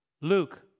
Luke